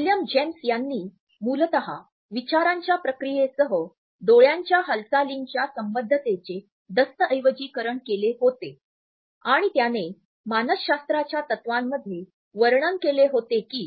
William James यांनी मूलतः विचारांच्या प्रक्रियेसह डोळ्यांच्या हालचालींच्या संबद्धतेचे दस्तऐवजीकरण केले होते आणि त्याने मानसशास्त्राच्या तत्त्वांमध्ये वर्णन केले होते की